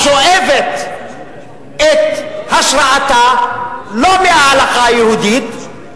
השואבת את השראתה לא מההלכה היהודית,